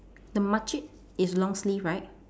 the makcik is long sleeve right